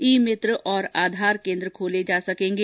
ई मित्र और आधार केन्द्र को खोले जा सकेगें